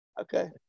Okay